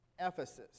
Ephesus